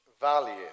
value